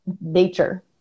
nature